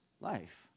life